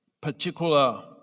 particular